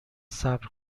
صبر